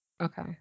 Okay